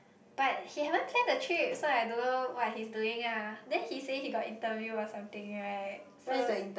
but he haven't plan the trip so I don't know what he is doing lah then he say he got interview or something right so